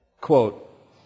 quote